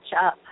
up